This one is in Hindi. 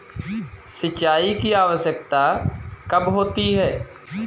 सिंचाई की आवश्यकता कब होती है?